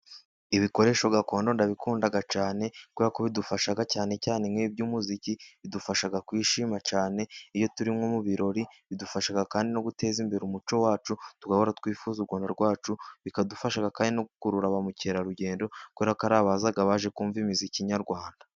Ibikoresho gakondo ndabikunda cyane, kubera ko bidufasha cyane cyane nk'iby'umuziki, bidufasha kwishima cyane, iyo turi nko mu birori, bidufasha kandi no guteza imbere umuco wacu, tugahora twifuza u Rwanda rwacu, bikadufasha kandi no gukurura ba mukerarugendo, kubera ko hari abaza baje kumva imiziki nyarwanda.